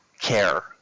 care